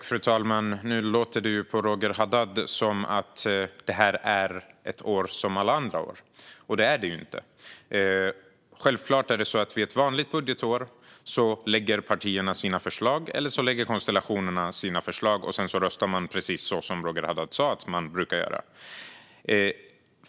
Fru talman! Nu låter det på Roger Haddad som att detta är ett år som alla andra, och det är det inte. Ett vanligt budgetår lägger partierna eller konstellationerna fram sina förslag, och sedan röstar man precis så som Roger Haddad sa att man brukar göra.